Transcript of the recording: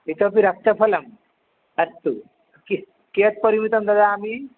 इतोऽपि रक्तफलम् अस्तु कि कियत् परिमितं ददामि